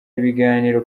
ibiganiro